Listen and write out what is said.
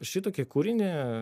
šitokį kūrinį